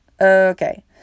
Okay